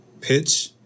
pitch